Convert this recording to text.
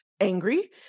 angry